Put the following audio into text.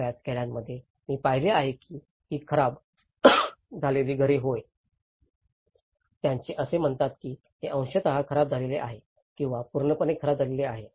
बर्याच खेड्यांमध्ये मी पाहिले आहे की ही खराब झालेले घरे होय आहेत त्यांचे असे म्हणतात की हे अंशतः खराब झाले आहे किंवा पूर्णपणे खराब झाले आहे